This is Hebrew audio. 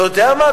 אתה יודע מה,